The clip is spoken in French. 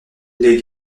les